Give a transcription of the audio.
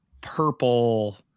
purple